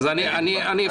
אז אני אגיד